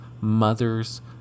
mother's